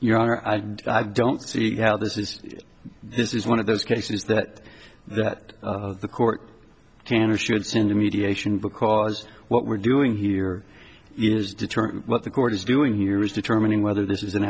your honor i did i don't see how this is this is one of those cases that that the court can or should see in the mediation because what we're doing here is determine what the court is doing here is determining whether this is an